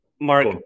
Mark